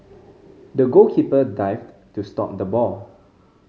the goalkeeper dived to stop the ball